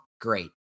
great